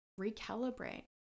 recalibrate